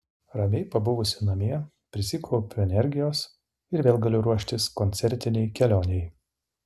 ramiai pabuvusi namie prisikaupiu energijos ir vėl galiu ruoštis koncertinei kelionei